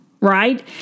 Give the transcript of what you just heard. right